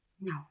No